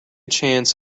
chance